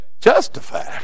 Justified